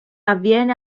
avviene